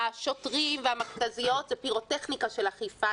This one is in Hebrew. השוטרים והמכת"זיות זה פירוטכניקה של אכיפה,